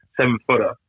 seven-footer